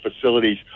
facilities